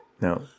No